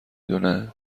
دونه